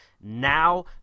now